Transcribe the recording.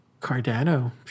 cardano